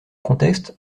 contexte